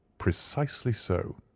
precisely so,